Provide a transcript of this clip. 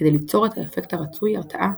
כדי ליצור את האפקט הרצוי – הרתעה,